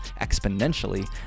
exponentially